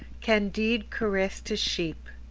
candide caressed his sheep.